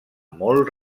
molt